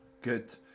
good